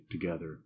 together